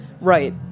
right